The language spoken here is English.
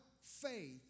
faith